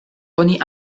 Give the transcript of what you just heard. oni